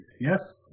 yes